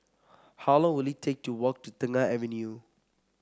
how long will it take to walk to Tengah Avenue